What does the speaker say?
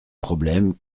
problème